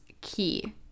key